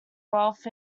wealth